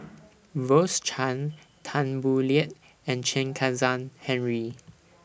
Rose Chan Tan Boo Liat and Chen Kezhan Henri